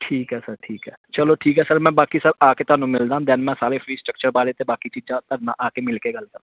ਠੀਕ ਹੈ ਸਰ ਠੀਕ ਹੈ ਚਲੋ ਠੀਕ ਹੈ ਸਰ ਮੈਂ ਬਾਕੀ ਸਰ ਆ ਕੇ ਤੁਹਾਨੂੰ ਮਿਲਦਾ ਦੈਨ ਮੈਂ ਸਾਰੇ ਫੀਸ ਸਟੱਕਚਰ ਬਾਰੇ ਅਤੇ ਬਾਕੀ ਚੀਜ਼ਾਂ ਤੁਹਾਡੇ ਨਾਲ ਆ ਕੇ ਮਿਲ ਕੇ ਗੱਲ ਕਰਦਾਂ